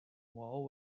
wall